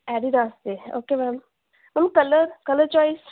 Adidas ਦੇ okay ma'am ma'am colour colour choice